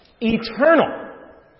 Eternal